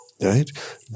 right